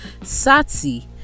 Satsi